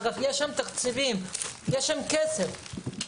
אגב, יש שם תקציבים, יש שם כסף לשוטף.